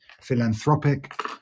philanthropic